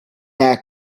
off